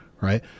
Right